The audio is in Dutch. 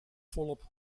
volop